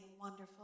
wonderful